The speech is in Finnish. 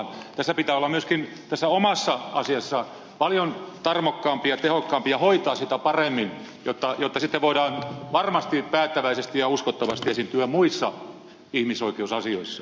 tässä omassa asiassa pitää myöskin olla paljon tarmokkaampi ja tehokkaampi ja hoitaa sitä paremmin jotta sitten voidaan varmasti päättäväisesti ja uskottavasti esiintyä muissa ihmisoikeusasioissa